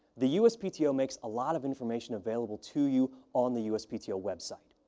the uspto makes a lot of information available to you on the uspto website.